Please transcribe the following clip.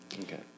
Okay